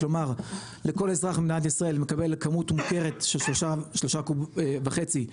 כלומר כל אזרח במדינת ישראל מקבל כמות מותרת של 3.5 קוב לנפש